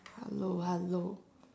hello hello